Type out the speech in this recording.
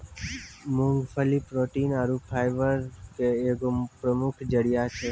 मूंगफली प्रोटीन आरु फाइबर के एगो प्रमुख जरिया छै